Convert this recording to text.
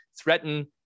threaten